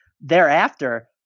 thereafter